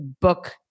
book